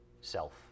Self